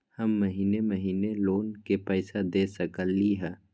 हम महिने महिने लोन के पैसा दे सकली ह?